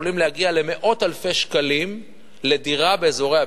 יכולים להגיע למאות אלפי שקלים לדירה באזורי הביקוש,